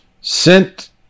sent